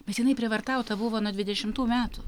bet jinai prievartauta buvo nuo dvidešimtų metų